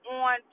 on